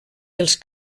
els